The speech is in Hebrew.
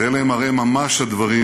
ואלה הם ממש הדברים